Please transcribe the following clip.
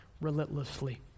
relentlessly